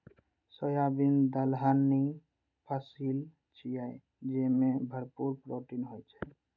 soybean दलहनी फसिल छियै, जेमे भरपूर प्रोटीन होइ छै